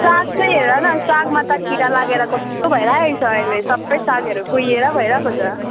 साग चाहिँ हेर न सागमा त किरा लागेर कस्तो भइराखेकोछ अहिले सबै सागहरू कुहिएर भइरहेको छ